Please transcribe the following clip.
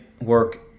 work